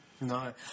No